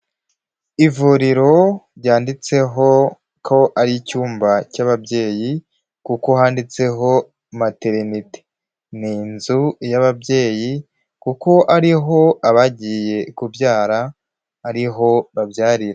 Ivuriro ryanditseho ko ari icyumba cy'ababyeyi kuko handitseho materinete, ni inzu y'ababyeyi kuko ari ho abagiye kubyara ari ho babyarira.